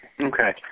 Okay